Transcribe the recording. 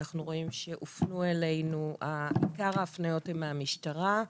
אנחנו רואים שעיקר ההפניות הן מהמשטרה,